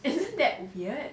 isn't that weird